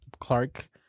Clark